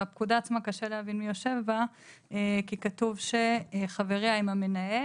בפקודה עצמה קשה להבין מי יושב בה כי כתוב שחבריה הם המנהל